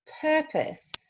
purpose